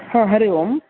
हा हरि ओम्